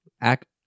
Act –